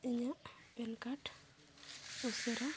ᱤᱧᱟᱹᱜ PAN card ᱩᱥᱟᱹᱨᱟ